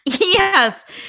Yes